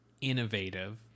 innovative